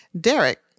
Derek